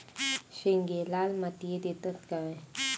शेंगे लाल मातीयेत येतत काय?